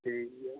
ᱴᱷᱤᱠ ᱜᱮᱭᱟ